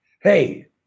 Hey